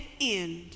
end